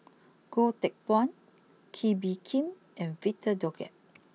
Goh Teck Phuan Kee Bee Khim and Victor Doggett